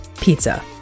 pizza